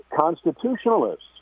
constitutionalists